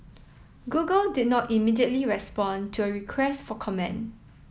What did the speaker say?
Google did not immediately respond to a request for comment